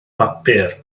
bapur